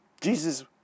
Jesus